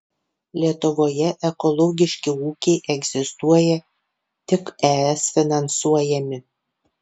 lietuvoje ekologiški ūkiai egzistuoja tik es finansuojami